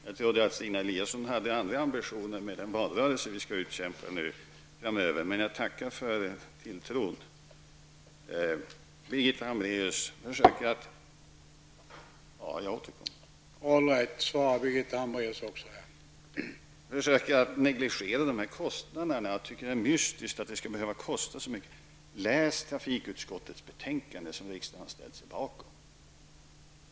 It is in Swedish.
Jag trodde att Stina Eliasson hade andra ambitioner med den valrörelse som vi nu framöver skall utkämpa, men jag tackar för tilltron. Birgitta Hambraeus försöker att negligera kostnaderna. Hon tycker att det är mystiskt att det skall behöva kosta så mycket. Läs trafikutskottets betänkande, som riksdagen har ställts sig bakom.